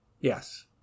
Yes